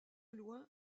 loin